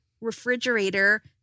refrigerator